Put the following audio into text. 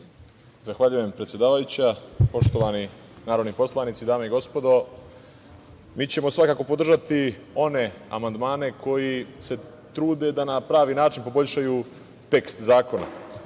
Zahvaljujem predsedavajuća. Poštovani narodni poslanici, dame i gospodo, mi ćemo svakako podržati one amandmane koji se trude da na pravi način poboljšaju tekst zakona.